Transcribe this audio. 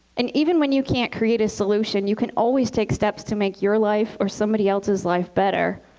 and even when you can't create a solution, you can always take steps to make your life or somebody else's life better.